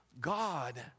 God